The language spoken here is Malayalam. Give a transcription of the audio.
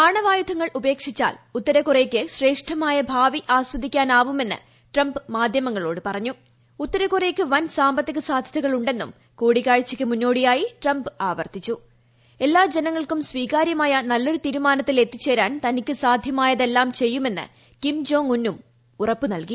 ആണവായുധങ്ങൾ ഉപേക്ഷിച്ചാൽ ഉത്തരകൊറിയയ്ക്ക് ശ്രേഷ്ഠമായ ഭാവി ആസ്വദിക്കാൻ ആവുമെന്ന് ട്രംപ് മാധ്യമങ്ങളോട് പറഞ്ഞു് ്ഉത്തരകൊറിയയ്ക്ക് വൻ സാമ്പത്തിക സാധ്യതകൾ ഉണ്ടെണ്ടു് കൂടിക്കാഴ്ചക്ക് മുന്നോടിയായി ട്രംപ് ആവർത്തിച്ചുകൃഎ്ല്ലാ ജനങ്ങൾക്കും സ്വീകാര്യമായ നല്ലൊരു തീരുമാന്ത്തിൽ എത്തിച്ചേരാൻ തനിക്ക് സാധ്യമായതെല്ലാം ചെയ്യുമെന്ന് കിം ജോങ് ഉന്നും ഉറപ്പ് നൽകി